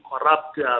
corrupt